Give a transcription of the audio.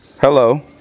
Hello